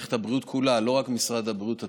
במערכת הבריאות כולה, לא רק משרד הבריאות עצמו,